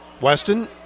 Weston